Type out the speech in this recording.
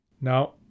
Now